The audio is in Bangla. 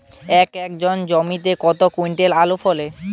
এক একর জমিতে কত কুইন্টাল আলু ফলে?